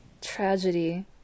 Tragedy